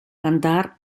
cantar